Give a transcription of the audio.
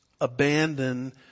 abandon